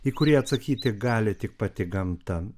į kurį atsakyti gali tik pati gamta